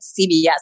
CBS